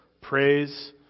praise